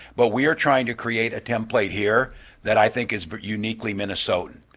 but we are trying to create a template here that i think is but uniquely minnesotan.